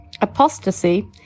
apostasy